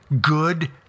good